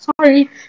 sorry